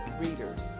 readers